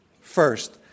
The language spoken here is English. First